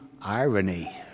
irony